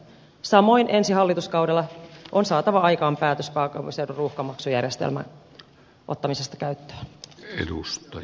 samoin ensi hallituskaudella on saatava aikaan päätös pääkaupunkiseudun ruuhkamaksujärjestelmän ottamisesta käyttöön